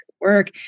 work